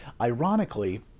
Ironically